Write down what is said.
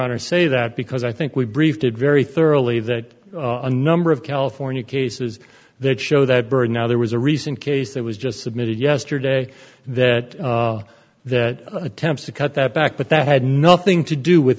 honor say that because i think we briefed it very thoroughly that a number of california cases that show that bird now there was a recent case that was just submitted yesterday that that attempts to cut that back but that had nothing to do with